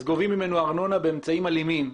אז גובים ממנו ארנונה באמצעים אלימים,